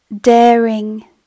daring